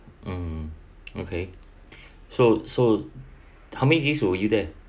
hmm okay so so how many days will you there